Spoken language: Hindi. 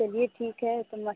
चलिए ठीक है तो म